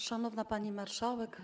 Szanowna Pani Marszałek!